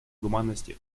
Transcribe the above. гуманности